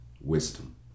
Wisdom